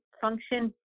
function